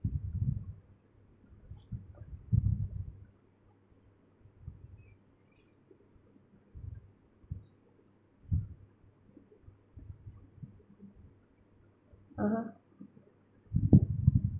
(uh huh)